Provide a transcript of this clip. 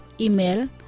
Email